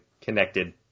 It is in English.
connected